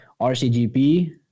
RCGP